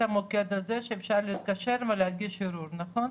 המוקד הזה שאפשר להתקשר ולהגיש ערעור, נכון?